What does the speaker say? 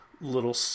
little